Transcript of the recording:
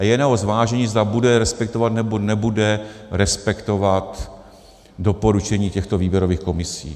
A je na jeho zvážení, zda bude respektovat nebo nebude respektovat doporučení těchto výběrových komisí.